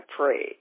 pray